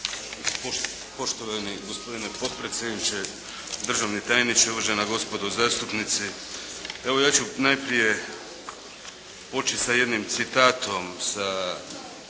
Poštovani gospodine potpredsjedniče, državni tajniče, uvažena gospodo zastupnici. Evo, ja ću najprije poći sa jednim citatom